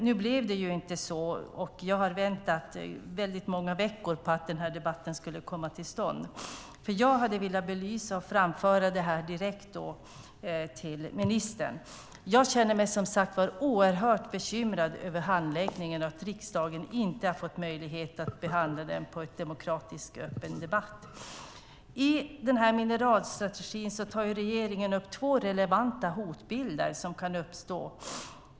Nu blev det inte så, och jag har väntat många veckor på att den här debatten skulle komma till stånd. Jag hade nämligen velat belysa och framföra det här direkt till ministern. Jag känner mig som sagt oerhört bekymrad över handläggningen och att riksdagen inte har fått möjlighet att behandla den i en demokratisk öppen debatt. I mineralstrategin tar regeringen upp två relevanta hotbilder som kan uppstå.